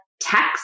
text